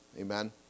Amen